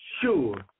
sure